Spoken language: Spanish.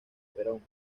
perón